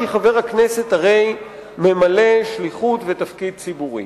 כי חבר הכנסת הרי ממלא שליחות ותפקיד ציבורי.